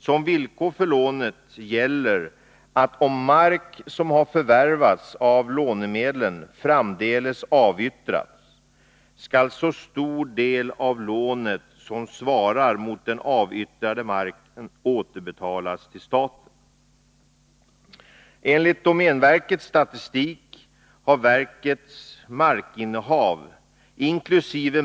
Som villkor för lånet gäller att om mark som har förvärvats av lånemedlen framdeles avyttras, skall så stor del av lånet som svarar mot den avyttrade marken återbetalas till staten. Enligt domänverkets statistik har verkets markinnehav inkl.